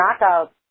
knockout